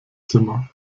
zimmer